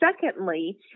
secondly